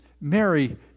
Mary